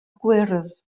gwyrdd